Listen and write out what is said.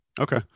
Okay